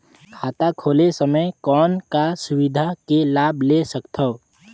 खाता खोले समय कौन का सुविधा के लाभ ले सकथव?